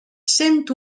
cent